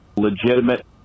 legitimate